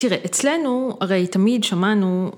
‫תראה, אצלנו, הרי תמיד שמענו...